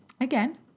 again